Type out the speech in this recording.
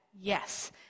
Yes